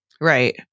Right